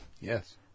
yes